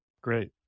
Great